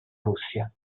russia